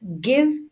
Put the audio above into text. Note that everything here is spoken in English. give